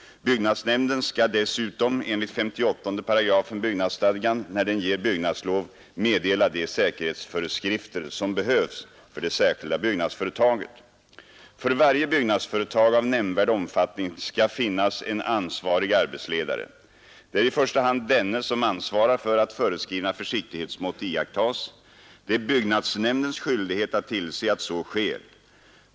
Byggnadsnämnden skall dessutom enligt 58 § byggnadsstadgan, när den ger byggnadslov, meddela de säkerhetsföreskrifter som behövs för det särskilda byggnadsföretaget. För varje byggnadsföretag av nämnvärd omfattning skall finnas en ansvarig arbetsledare. Det är i första hand denne som ansvarar för att föreskrivna försiktighetsmått iakttas. Det är byggnadsnämndens skyldighet att tillse att så sker.